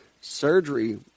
Surgery